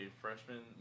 freshman